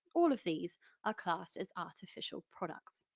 all of these are classed as artificial products.